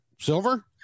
Silver